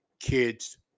kids